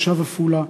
תושב עפולה,